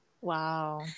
Wow